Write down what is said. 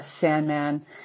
Sandman